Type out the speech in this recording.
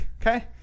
okay